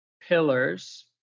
pillars